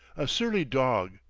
a surly dog,